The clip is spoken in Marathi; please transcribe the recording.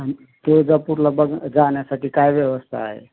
तुळजापूरला बग जाण्यासाठी काय व्यवस्था आहे